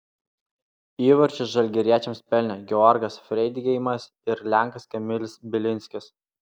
įvarčius žalgiriečiams pelnė georgas freidgeimas ir lenkas kamilis bilinskis